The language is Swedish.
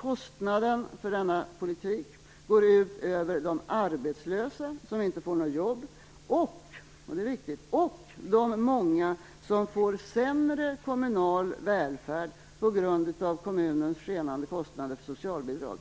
Kostnaden för denna politik går ut över de arbetslösa som inte får några jobb och - och det är viktigt - de många som får sämre kommunal välfärd på grund av kommunens skenande kostnader för socialbidrag.